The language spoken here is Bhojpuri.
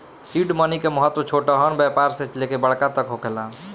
सीड मनी के महत्व छोटहन व्यापार से लेके बड़का तक होखेला